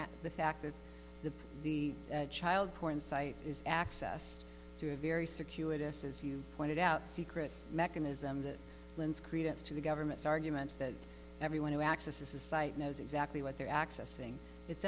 at the fact that the the child porn site is accessed through a very circuitous as you pointed out secret mechanism that lends credence to the government's argument that everyone who accesses the site knows exactly what they're accessing it's